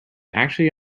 actually